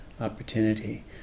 opportunity